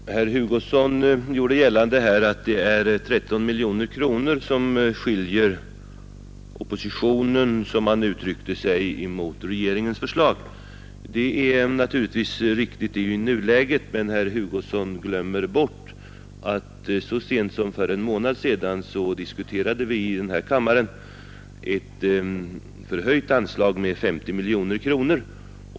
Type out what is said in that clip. Herr talman! Herr Hugosson gjorde gällande att det är 13 miljoner kronor som skiljer oppositionens — som han uttryckte sig — och regeringens förslag. Naturligtvis är detta riktigt i nuläget, men herr Hugosson glömmer då bort att så sent som för en månad sedan diskuterade vi i denna kammare ett förhöjt anslag med 50 miljoner kronor.